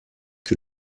que